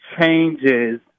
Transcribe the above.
changes